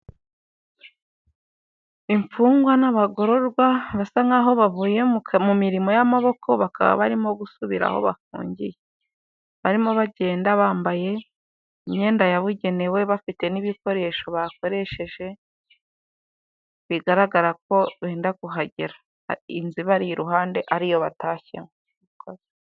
Imfungwa n'abagororwa basa nkaho bavuye mu mirimo y'amaboko, bakaba barimo gusubira aho bafungiye, barimo bagenda bambaye imyenda yabugenewe bafite n'ibikoresho bakoresheje, bigaragara ko benda kuhagera inzu ibari iruhande ariyo batashyemo murakoze.